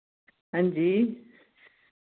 हां जी